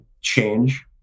change